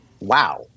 wow